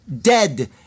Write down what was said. dead